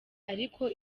ariko